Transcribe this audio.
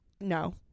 No